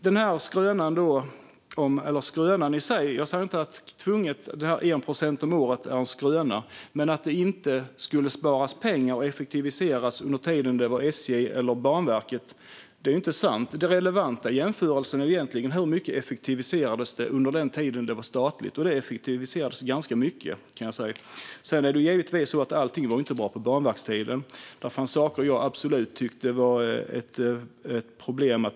Jag säger inte att detta med 1 procent om året är en skröna, men att det inte skulle sparas pengar och effektiviseras under SJ:s eller Banverkets tid är ju inte sant. Den relevanta jämförelsen är egentligen hur mycket det effektiviserades under den tid då det var statligt. Det effektiviserades ganska mycket, kan jag säga. Sedan är det givetvis så att allting inte var bra på Banverkets tid. Det fanns absolut saker som jag tyckte var ett problem.